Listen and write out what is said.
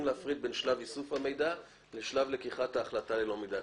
להפריד בין שלב איסוף המידע לבין שלב לקיחת ההחלטה ללא מידע.